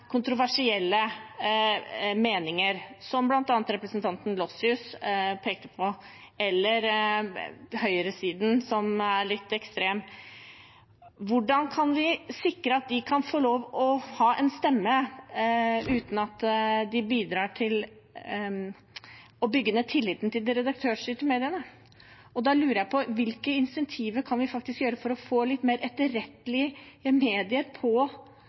kontroversielle meninger, som bl.a. representanten Lossius pekte på, eller høyresiden, som er litt ekstrem. Hvordan kan vi sikre at de kan få lov til å ha en stemme uten at det bidrar til å bygge ned tilliten til de redaktørstyrte mediene? Da lurer jeg på: Hvilke insentiver kan vi lage for å få litt mer etterrettelige medier